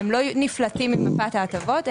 הם לא נפלטים מקופת ההטבות,